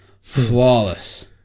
Flawless